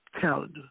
calendar